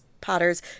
Potter's